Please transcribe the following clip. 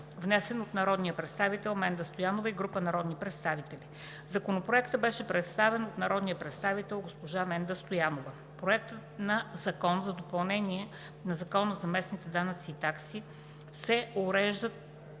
внесен от народния представител Менда Стоянова и група народни представители. Законопроектът беше представен от народния представител госпожа Менда Стоянова. С Проекта на Закон за допълнение на Закона за местните данъци и такси се уреждат